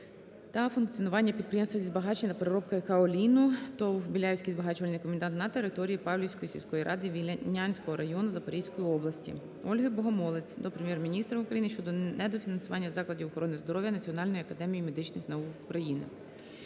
та функціонування підприємства зі збагачення та переробки каоліну ТОВ "Біляївський збагачувальний комбінат" на території Павлівської сільської ради Вільнянського району Запорізької області. Ольги Богомолець до Прем'єр-міністра України щодо недофінансування закладів охорони здоров'я Національної академії медичних наук України.